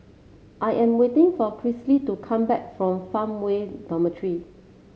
I am waiting for Chrissy to come back from Farmway Dormitory